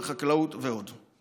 בחקלאות ועוד.